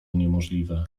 niemożliwe